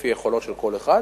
לפי היכולת של כל אחד.